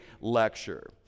lecture